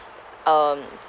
um